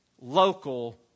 local